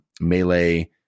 melee